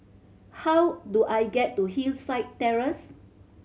how do I get to Hillside Terrace